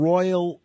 Royal